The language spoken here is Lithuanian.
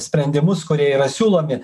sprendimus kurie yra siūlomi